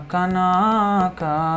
Kanaka